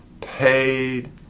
paid